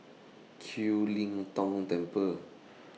Kiew Tong Temple